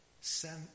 sent